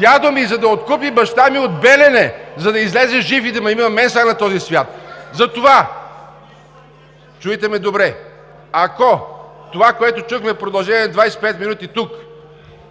дядо ми, за да откупи баща ми от Белене, за да излезе жив и да ме има мен сега на този свят. Затова чуйте ме добре: ако това, което чухме в продължение на 25 минути тук,